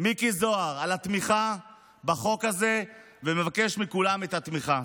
מיקי זוהר על התמיכה בחוק הזה ומבקש מכולם את התמיכה,